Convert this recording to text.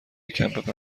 کمپ